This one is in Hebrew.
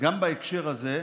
גם בהקשר הזה.